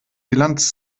bilanz